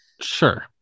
Sure